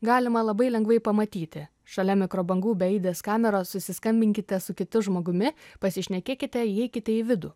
galima labai lengvai pamatyti šalia mikrobangų beaidės kameros susiskambinkite su kitu žmogumi pasišnekėkite įeikite į vidų